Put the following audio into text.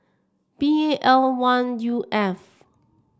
B L one U F